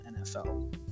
NFL